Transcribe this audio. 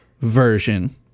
version